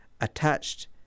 attached